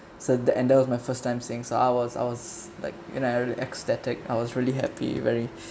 so the and that was my first time seeing so I was like you know aesthetic I was really happy very